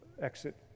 exit